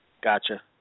Gotcha